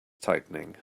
tightening